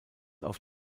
auf